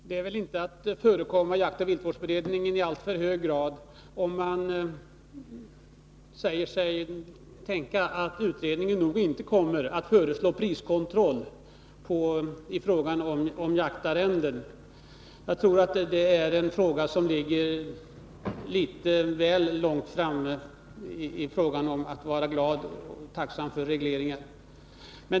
Herr talman! Det är väl inte att förekomma jaktoch viltvårdsberedningen i alltför hög grad om jag säger att utredningen nog inte kommer att föreslå priskontroll på jaktarrenden. Jag tror att det är att gå litet väl långt i fråga om att vara glad och tacksam för regleringar.